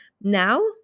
Now